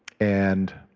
and